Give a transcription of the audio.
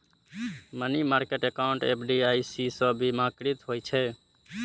money market account FDIC सं बीमाकृत होइ छै